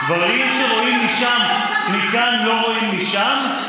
דברים שרואים מכאן לא רואים משם?